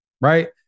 right